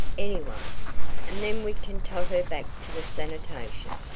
any way. and then we kin tote her back to the sanitation.